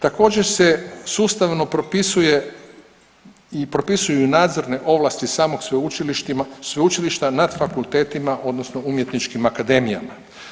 Također se sustavno propisuje i propisuju nadzorne ovlasti samog sveučilišta nad fakultetima odnosno umjetničkim akademijama.